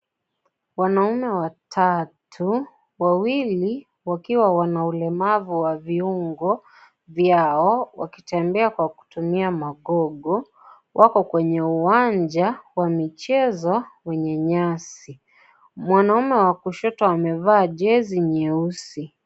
Wanaume watatu, wawili wakiwa wana ulemavu wa viungo vyao wakitembea kwa kutumia magogo, wako kwenye uwanja wa michezo wenye nyasi. Mwanamke wa kushoto amevaa jezi nyeusi.